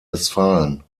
westfalen